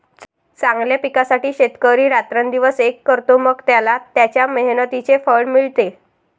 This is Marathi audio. चांगल्या पिकासाठी शेतकरी रात्रंदिवस एक करतो, मग त्याला त्याच्या मेहनतीचे फळ मिळते